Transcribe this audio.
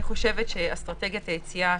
אני חושבת שאסטרטגיית היציאה,